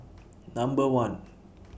Number one